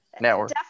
network